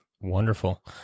Wonderful